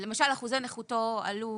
למשל אחוזי נכותו עלו